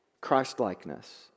Christlikeness